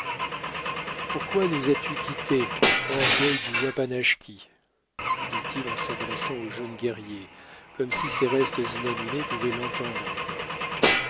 pourquoi nous as-tu quittés orgueil du wapanachki dit-il en s'adressant au jeune guerrier comme si ses restes inanimés pouvaient l'entendre encore